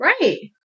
Right